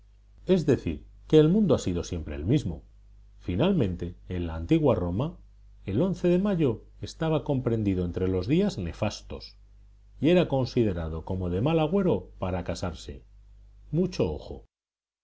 es decir que el mundo ha sido siempre el mismo finalmente en la antigua roma el de mayo estaba comprendido entre los días nefastos y era considerado como de mal agüero para casarse mucho